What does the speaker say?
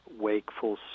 wakeful